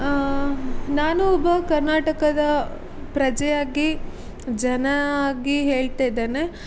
ನಾನು ಒಬ್ಬ ಕರ್ನಾಟಕದ ಪ್ರಜೆಯಾಗಿ ಜನ ಆಗಿ ಹೇಳ್ತಿದ್ದೇನೆ